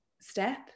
step